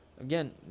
Again